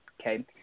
okay